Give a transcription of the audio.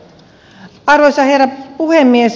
arvoisa herra puhemies